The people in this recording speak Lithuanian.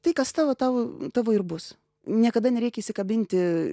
tai kas tavo tau tavo ir bus niekada nereikia įsikabinti